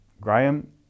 Graham